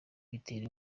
bitera